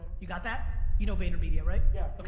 you got that? you know vayner media right? yeah.